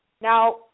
now